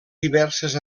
diverses